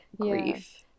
grief